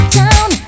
town